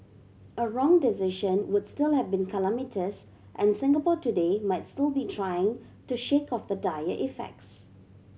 a wrong decision would still have been calamitous and Singapore today might still be trying to shake off the dire effects